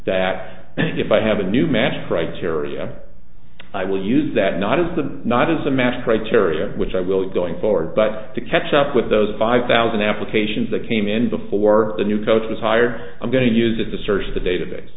that if i have a new match criteria i will use that not as the not as a match criteria which i will going forward but to catch up with those five thousand applications that came in before the new coach was hired i'm going to use at the search the database